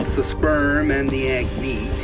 the sperm and the egg meet,